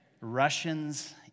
Russians